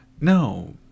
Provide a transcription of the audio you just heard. No